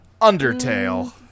Undertale